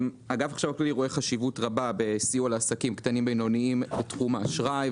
רואה חשיבות רבה בסיוע לעסקים קטנים ובינוניים בתחום האשראי.